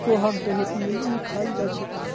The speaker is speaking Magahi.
पोहाक दहीत मिलइ खाल जा छेक